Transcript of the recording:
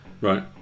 Right